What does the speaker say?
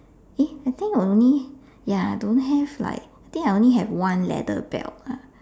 I think I only ya I don't have I think I only have one leather belt